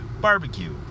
barbecue